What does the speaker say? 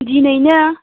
दिनैनो